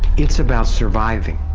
it's about surviving,